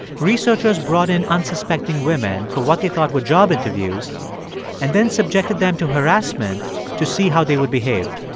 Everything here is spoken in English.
researchers brought in unsuspecting women for what they thought were job interviews and then subjected them to harassment to see how they would behave.